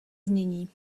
znění